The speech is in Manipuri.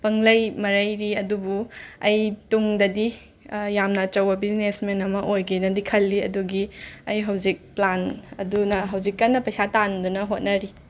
ꯄꯪꯂꯩ ꯃꯔꯩꯔꯤ ꯑꯗꯨꯕꯨ ꯑꯩ ꯇꯨꯡꯗꯗꯤ ꯌꯥꯝꯅ ꯑꯆꯧꯕ ꯕꯤꯖꯤꯅꯦꯁꯃꯦꯟ ꯑꯃ ꯑꯣꯏꯒꯦꯅꯗꯤ ꯈꯜꯂꯤ ꯑꯗꯨꯒꯤ ꯑꯩ ꯍꯧꯖꯤꯛ ꯄ꯭ꯂꯥꯟ ꯑꯗꯨꯅ ꯍꯧꯖꯤꯛ ꯀꯟꯅ ꯄꯩꯁꯥ ꯇꯥꯟꯗꯨꯅ ꯍꯣꯠꯅꯔꯤ